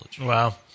Wow